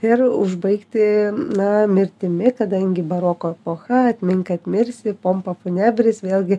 ir užbaigti na mirtimi kadangi baroko epocha atmink kad mirsi pompa funebris vėlgi